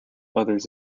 others